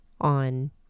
on